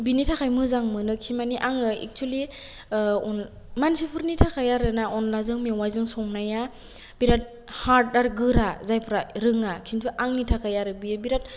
बिनि थाखाय मोजां मोनोखि आङो एखसुयेलि मानसिफोरनि थाखाय आरोना अनलाजों मेवाइ जों संनाया बिराद हार्द आरो गोरा जायफ्रा रोङा खिन्थु आंनि थाखाय आरो बियो बिराथ